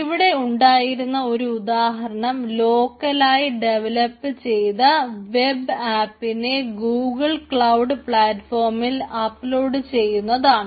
ഇവിടെ ഉണ്ടായിരുന്ന ഒരു ഉദാഹരണം ലോക്കലായി ഡെവലപ്പ് ചെയ്ത വെബ് ആപ്പിനെ ഗൂഗിൾ ക്ലൌഡ് പ്ലാറ്റ്ഫോമിൽ അപ്ലോഡ് ചെയ്യുന്നതാണ്